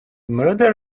murderer